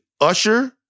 Usher